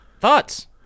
Thoughts